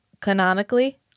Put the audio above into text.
canonically